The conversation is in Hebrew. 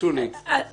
שולי, בבקשה.